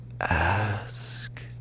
ask